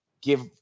give